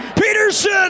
Peterson